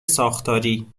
ساختاری